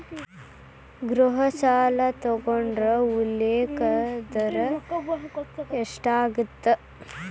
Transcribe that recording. ಗೃಹ ಸಾಲ ತೊಗೊಂಡ್ರ ಉಲ್ಲೇಖ ದರ ಎಷ್ಟಾಗತ್ತ